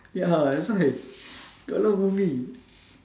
ya that's why got a lot movie